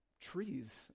trees